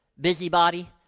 Busybody